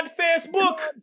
facebook